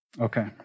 Okay